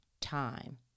time